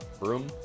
room